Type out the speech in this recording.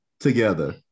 together